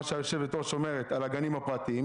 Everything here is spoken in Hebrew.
שהיושבת-ראש אומרת על הגנים הפרטיים,